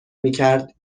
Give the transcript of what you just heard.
میکرد